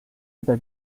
n’est